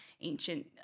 ancient